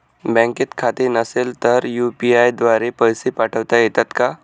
बँकेत खाते नसेल तर यू.पी.आय द्वारे पैसे पाठवता येतात का?